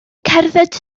cerdded